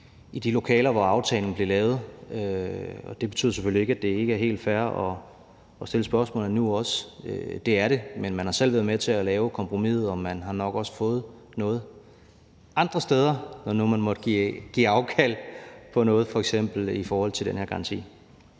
i de lokaler, hvor aftalen blev lavet. Det betyder selvfølgelig ikke, at det ikke er helt fair at stille spørgsmålet nu – det er det – men man har selv været med til at lave kompromiset, og man har nok også fået noget andre steder, når man nu måtte give afkald på noget, f.eks. i forhold til den her garanti.